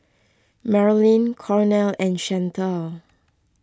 Marylin Cornel and Chantal